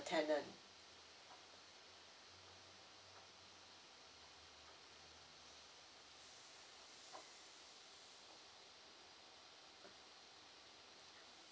tenant